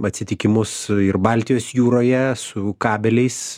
atsitikimus ir baltijos jūroje su kabeliais